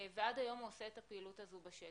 ועד היום הוא עושה את הפעילות הזאת בשטח.